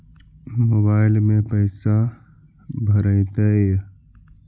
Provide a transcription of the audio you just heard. Mobile में पैसा भरैतैय?